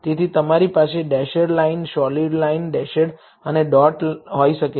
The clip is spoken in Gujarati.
તેથી તમારી પાસે dashed line solid line dashed અને ડોટ હોઈ શકે છે